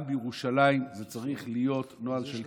גם בירושלים, זה צריך להיות נוהל של קבע.